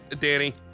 Danny